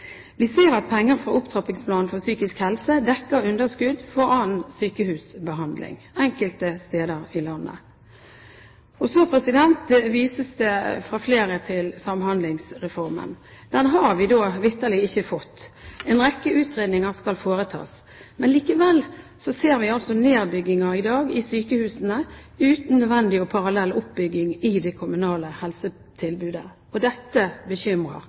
Vi ser at penger fra Opptrappingsplanen for psykisk helse dekker underskudd for annen sykehusbehandling enkelte steder i landet. Fra flere vises det til Samhandlingsreformen. Den har vi da vitterlig ikke fått, en rekke utredninger skal foretas. Likevel ser vi altså nedbygginger i dag i sykehusene, uten nødvendig og parallell oppbygging i det kommunale helsetilbudet. Dette bekymrer.